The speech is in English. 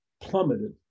plummeted